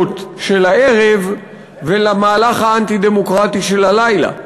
של הערב ולמהלך האנטי-דמוקרטי של הלילה.